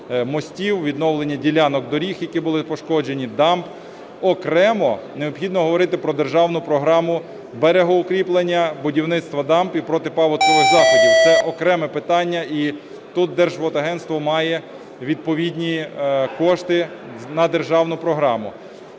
мостів, відновлення ділянок доріг, які були пошкоджені, дамб. Окремо необхідно говорити про державну програму берегоукріплення, будівництва дамб і протипаводкових заходів. Це окреме питання, і тут Держводагентство має відповідні кошти на державну програму.